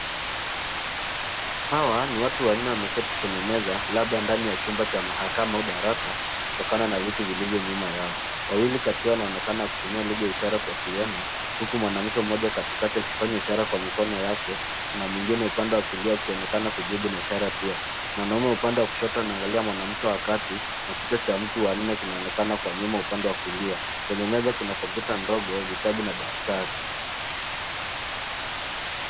Hawa ni watu wanne wameketi kwenye meza labda ndani ya chumba cha mahakama au darasa kutokana na viti vilivyo nyuma yao. Wawili kati yao wanaonekana kutumia lugha ya ishara kuwasiliana huku mwanamke mmoja katikati akifanya ishara kwa mikono yake na mwingine upande wa kulia akionekana kujibu na ishara pia. Mwanaume upande wa kushoto ame angalia mwanamke wa kati na kichwa cha mtu wa nne kinaonekana kwa nyuma upande wa kulia. Kwenye meza kuna kompyuta ndogo, vitabu na daftari.